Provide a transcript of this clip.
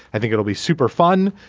i think it'll be super fun.